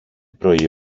πρωί